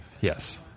Yes